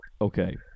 Okay